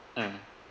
mm